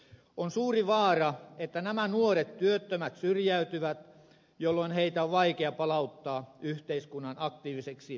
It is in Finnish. on suuri vaara että nämä nuoret työttömät syrjäytyvät jolloin heitä on vaikea palauttaa yhteiskunnan aktiiviseksi työvoimaksi